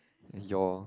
your